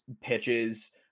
pitches